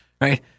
right